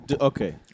okay